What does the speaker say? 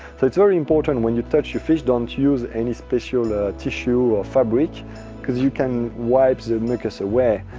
so it's very important when you touch your fish, don't use any special tissue or fabric because you can wipe the mucus away,